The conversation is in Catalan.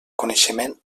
coneixement